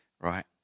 right